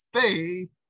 faith